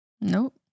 Nope